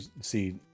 see